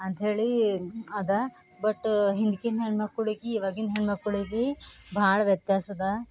ಅಂತ್ಹೇಳಿ ಅದು ಬಟ್ಟ ಹಿಂದ್ಕಿನ ಹೆಣ್ಮಕ್ಕಳಿಗೆ ಇವಾಗಿನ ಹೆಣ್ಮಕ್ಕಳಿಗೆ ಭಾಳ ವ್ಯತ್ಯಾಸದ